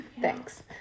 Thanks